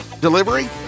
Delivery